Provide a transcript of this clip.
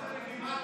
למה,